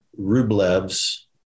Rublev's